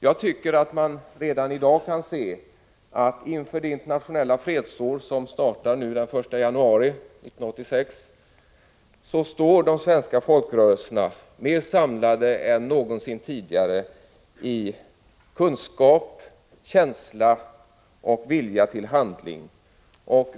Jag tycker att man redan i dag kan se att inför det internationella fredsåret, som startar den 1 januari 1986, står de svenska folkrörelserna mer samlade än någonsin tidigare i kunskap, känsla och vilja till handling.